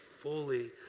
fully